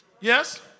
Yes